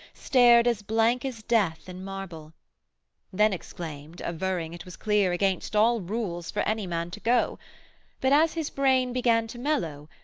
stared as blank as death in marble then exclaimed averring it was clear against all rules for any man to go but as his brain began to mellow,